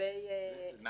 מה